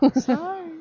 Sorry